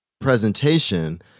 presentation